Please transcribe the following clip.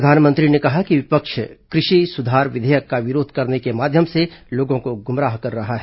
प्रधानमंत्री ने कहा कि विपक्ष कृषि सुधार विधेयक का विरोध करने के माध्य्यम से लोगों को गुमराह कर रहा है